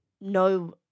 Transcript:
no